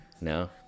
No